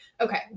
okay